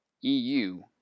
EU